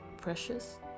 precious